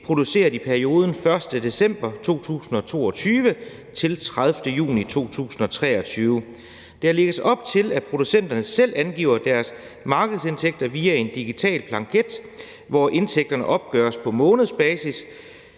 produceret i perioden fra den 1. december 2022 til den 30. juni 2023. Der lægges op til, at producenterne selv angiver deres markedsindtægter via en digital blanket, hvor indtægterne opgøres på månedsbasis.